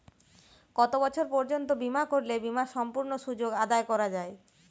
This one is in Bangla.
কত বছর পর্যন্ত বিমা করলে বিমার সম্পূর্ণ সুযোগ আদায় করা য়ায়?